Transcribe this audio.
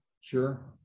Sure